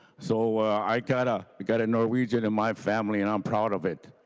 so i got ah got norwegian in my family and i'm proud of it.